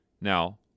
Now